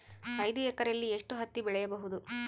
ಐದು ಎಕರೆಯಲ್ಲಿ ಎಷ್ಟು ಹತ್ತಿ ಬೆಳೆಯಬಹುದು?